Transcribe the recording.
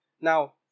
Now